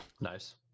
nice